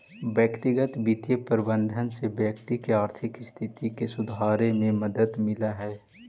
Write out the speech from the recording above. व्यक्तिगत वित्तीय प्रबंधन से व्यक्ति के आर्थिक स्थिति के सुधारने में मदद मिलऽ हइ